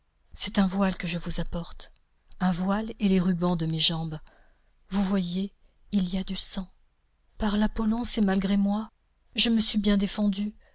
c'est un voile que je vous apporte un voile et les rubans de mes jambes vous voyez il y a du sang par l'apollôn c'est malgré moi je me suis bien défendue